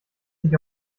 sich